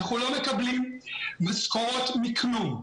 אנחנו לא מקבלים משכורות מכלום.